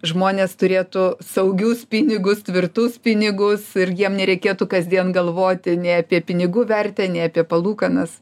žmonės turėtų saugius pinigus tvirtus pinigus ir jiems nereikėtų kasdien galvoti nei apie pinigų vertę nei apie palūkanas